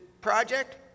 project